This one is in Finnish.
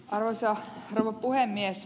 arvoisa rouva puhemies